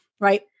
right